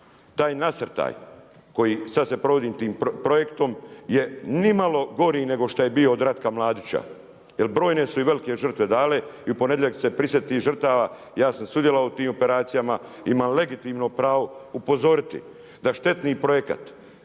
Taj nacrtaj, koji sad se provodi tim projektom, je ni malo gori, nego što je bio od Ratka Mladića, jer brojne su i velike žrtve dale i u ponedjeljak su se prisjetili tih žrtava. Ja sam sudjelovao u tim operacijama, imam legitimno pravo upozoriti, da štetni projekat,